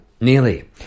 Nearly